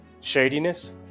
Shadiness